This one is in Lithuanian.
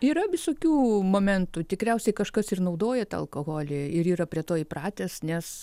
yra visokių momentų tikriausiai kažkas ir naudoja tą alkoholį ir yra prie to įpratęs nes